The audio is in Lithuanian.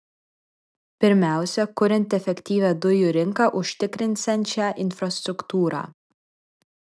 pirmiausia kuriant efektyvią dujų rinką užtikrinsiančią infrastruktūrą